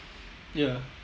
ya